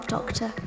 Doctor